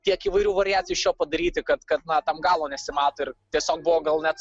tiek įvairių variacijų iš jo padaryti kad kad na tam galo nesimato ir tiesiog buvo gal net